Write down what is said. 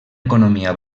economia